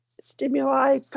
stimuli